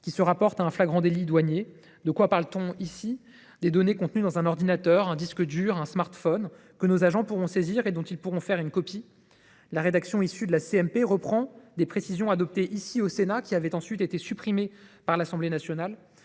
qui se rapportent à un flagrant délit douanier. Nous parlons ici de données contenues dans un ordinateur, un disque dur, un smartphone, que nos agents pourront saisir et dont ils pourront faire une copie. La rédaction issue de la commission mixte paritaire reprend des précisions adoptées ici, au Sénat, puis supprimées par l’Assemblée nationale.